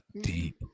deep